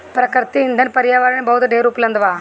प्राकृतिक ईंधन पर्यावरण में बहुत ढेर उपलब्ध बा